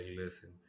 listen